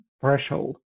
threshold